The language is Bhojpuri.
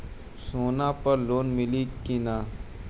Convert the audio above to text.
सोना पर लोन मिली की ना?